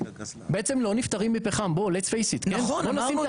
בעצם לא נפטרים מפחם, lets face it, בואו נשים את